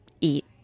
eat